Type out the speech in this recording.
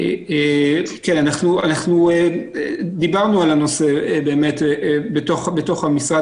אנחנו באמת דיברנו על הנושא בתוך המשרד